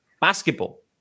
basketball